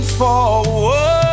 forward